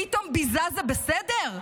פתאום ביזה זה בסדר?